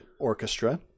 Orchestra